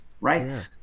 right